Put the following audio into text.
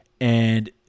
And-